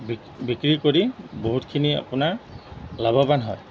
বিক্ বিক্ৰী কৰি বহুতখিনি আপোনাৰ লাভৱান হয়